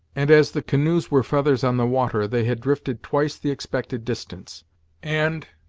and as the canoes were feathers on the water, they had drifted twice the expected distance and,